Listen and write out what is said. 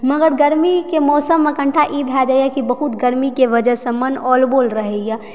मगर गर्मीके मौसम मे कनिटा ई भै जाइए कि बहुत गर्मीके वजहसँ मन औल बौल रहैए